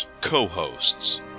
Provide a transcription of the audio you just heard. co-hosts